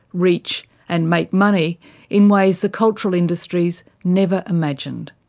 reach and make money in ways the cultural industries never imagined.